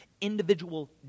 individual